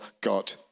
God